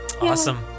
awesome